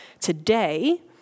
today